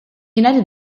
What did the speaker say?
united